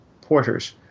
porters